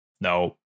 no